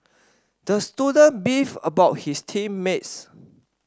the student beefed about his team mates